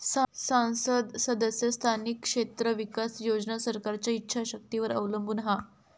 सांसद सदस्य स्थानिक क्षेत्र विकास योजना सरकारच्या ईच्छा शक्तीवर अवलंबून हा